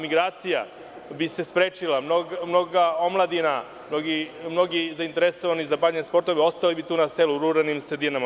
Migracija bi se sprečila, mnoga omladina, mnogi zainteresovani za bavljenje sportovima ostali bi tu na selu u ruralnim sredinama.